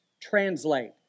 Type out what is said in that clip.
translate